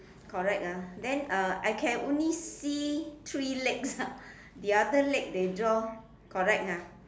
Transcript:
correct ah then uh I can only see three legs ah the other leg they draw correct ah